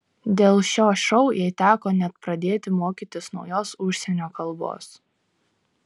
dėl šio šou jai teko net pradėti mokytis naujos užsienio kalbos